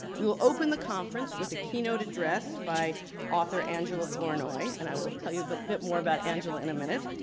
we will open the conference with a keynote address by author angela flournoy. and i will tell you a bit more about angela in a minute.